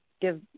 give